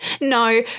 no